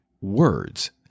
words